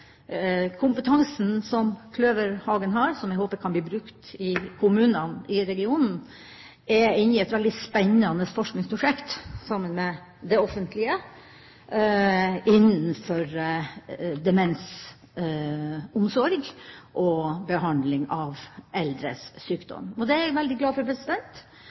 kompetansen som Kløverhagen har, som jeg håper kan bli brukt i kommunene i regionen, er inne i et veldig spennende forskningsprosjekt sammen med det offentlige innenfor demensomsorg og behandling av eldres sykdom. Det er jeg veldig glad for,